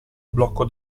blocco